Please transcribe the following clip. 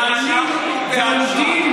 מעלים ועומדים,